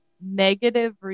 negative